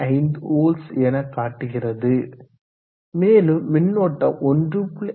5 volts எனக் காட்டுகிறது மேலும் மின்னோட்டம் 1